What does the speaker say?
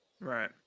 right